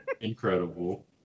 Incredible